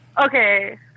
Okay